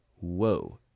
whoa